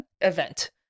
event